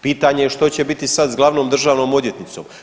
Pitanje što će biti sad s glavnom državnom odvjetnicom.